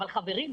אבל חברים,